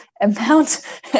amount